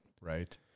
Right